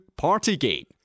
Partygate